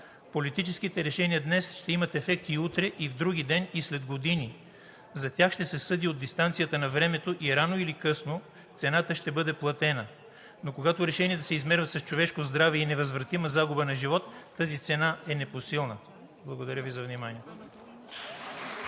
Политическите решения днес ще имат ефект и утре, и вдругиден, и след години. За тях ще се съди от дистанцията на времето и рано или късно цената ще бъде платена. Но когато решенията се измерват с човешко здраве и невъзвратима загуба на живот, тази цена е непосилна. Благодаря Ви за вниманието.